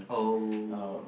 oh